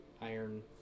iron